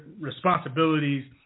responsibilities